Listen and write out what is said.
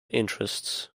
interests